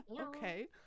okay